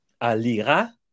alira